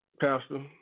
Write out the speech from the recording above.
Pastor